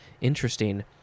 Interesting